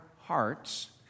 hearts